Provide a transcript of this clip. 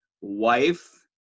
wife